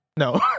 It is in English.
No